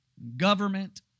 government